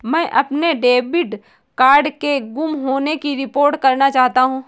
मैं अपने debit card के गुम होने की रिपोर्ट करना चाहता हूँ